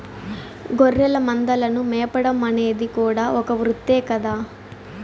గొర్రెల మందలను మేపడం అనేది కూడా ఒక వృత్తే కదా